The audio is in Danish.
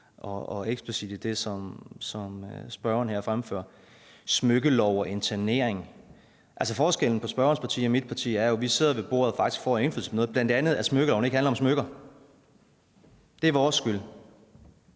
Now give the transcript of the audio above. og eksplicit i det, som spørgeren her fremfører. Smykkelov og internering – altså forskellen på spørgerens parti og mit parti er, at vi sidder med ved bordet og faktisk får indflydelse på noget, bl.a. at smykkeloven ikke skulle handle om smykker. Det er vores skyld.